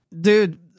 dude